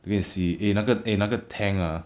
累死 eh 那个 eh 那个 tank ah